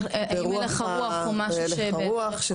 בהלך הרוח,